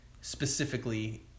specifically